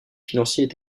financiers